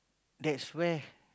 that's where